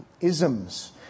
isms